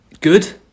Good